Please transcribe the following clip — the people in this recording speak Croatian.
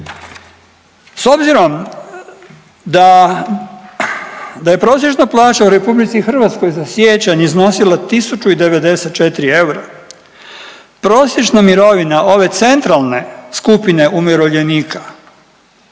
S obzirom da je prosječna plaća u Republici Hrvatskoj za siječanj iznosila 1094. eura prosječna mirovina ove centralne skupine umirovljenika,